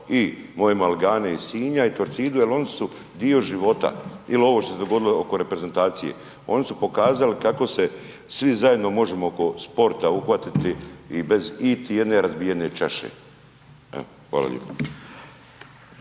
i moje Maligane iz Sinja i Torcidu jer oni su dio života. Ili ovo što se dogodilo oko reprezentacije. Oni su pokazali kako se svi zajedno možemo oko sporta uhvatiti i bez iti jedne razbijene čaše. Evo, hvala lijepo.